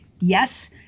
Yes